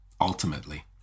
ultimately